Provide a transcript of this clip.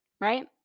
Right